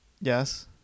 Yes